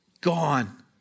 gone